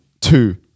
two